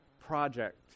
project